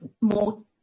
more